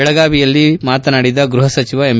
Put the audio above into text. ಬೆಳಗಾವಿಯಲ್ಲಿ ಮಾತನಾಡಿದ ಗೃಹ ಸಚಿವ ಎಂ